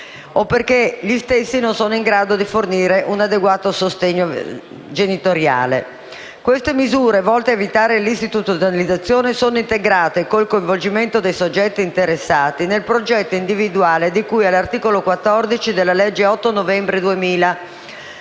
o perché i genitori non sono in grado di fornire l'adeguato sostegno genitoriale. Tali misure, volte anche ad evitare l'istituzionalizzazione, sono integrate, con il coinvolgimento dei soggetti interessati, nel progetto individuale di cui all'articolo 14 della legge 8 novembre 2000,